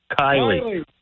Kylie